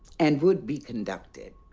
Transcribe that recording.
and would be conducted.